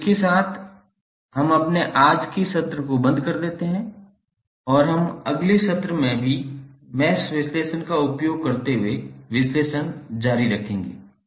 तो इसके साथ हम अपने आज के सत्र को बंद कर देते हैं और हम अगले सत्र में भी मैश विश्लेषण का उपयोग करते हुए विश्लेषण जारी रखेंगे